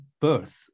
birth